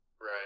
Right